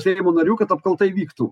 seimo narių kad apkalta įvyktų